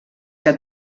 que